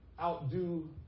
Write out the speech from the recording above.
outdo